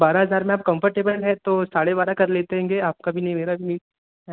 बारह हज़ार में आप कंफर्टेबल हैं तो साढ़े बारह कर लेते हैं आपका भी नहीं मेरा भी नहीं